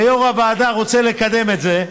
ויו"ר הוועדה רוצה לקדם את זה,